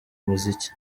muziki